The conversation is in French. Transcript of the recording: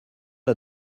n’a